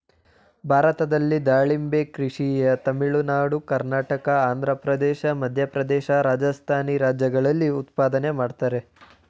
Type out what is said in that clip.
ಭಾರತದಲ್ಲಿ ದಾಳಿಂಬೆ ಕೃಷಿಯ ತಮಿಳುನಾಡು ಕರ್ನಾಟಕ ಆಂಧ್ರಪ್ರದೇಶ ಮಧ್ಯಪ್ರದೇಶ ರಾಜಸ್ಥಾನಿ ರಾಜ್ಯಗಳಲ್ಲಿ ಉತ್ಪಾದನೆ ಮಾಡ್ತರೆ